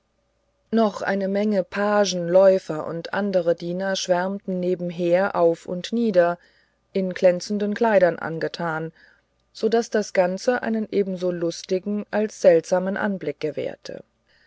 noch eine menge pagen läufer und andere diener schwärmten nebenher auf und nieder in glänzenden kleidern angetan so daß das ganze einen ebenso lustigen als seltsamen anblick gewährte